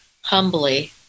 humbly